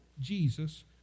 Jesus